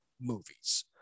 movies